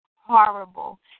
horrible